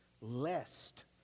lest